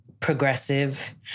progressive